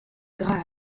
grace